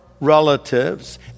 relatives